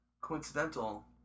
coincidental